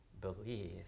believe